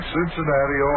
Cincinnati